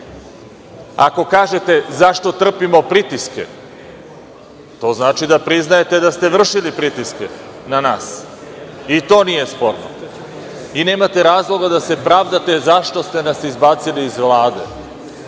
kažete – zašto trpimo pritiske, to znači da priznajete da ste vršili pritiske na nas. To nije sporno. Nemate razloga da se pravdate zašto ste nas izbacili iz Vlade.